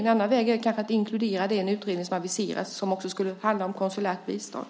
En annan väg är kanske att inkludera den utredning som har aviserats som skulle handla om konsulärt bistånd.